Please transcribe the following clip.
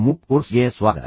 MOOC course ಗೆ ಸ್ವಾಗತ